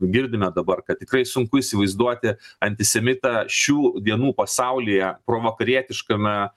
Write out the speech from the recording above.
girdime dabar kad tikrai sunku įsivaizduoti antisemitą šių dienų pasaulyje provakarietiškame